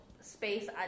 space